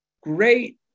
great